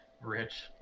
Rich